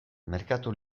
merkatu